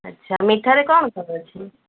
ଆଚ୍ଛା ମିଠାରେ କ'ଣ ସବୁ ଅଛି